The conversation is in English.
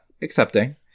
accepting